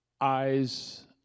eyes